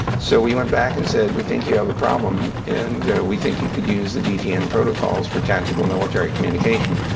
so we went back and said, we think you have a problem. and we think you could use the dtn protocols for tactical military communication.